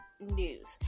news